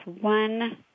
one